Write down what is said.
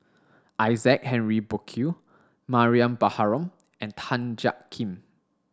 Isaac Henry Burkill Mariam Baharom and Tan Jiak Kim